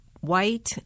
white